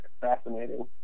fascinating